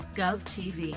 GovTV